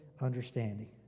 understanding